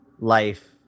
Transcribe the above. life